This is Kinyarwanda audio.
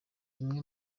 bimwe